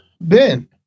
Ben